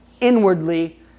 inwardly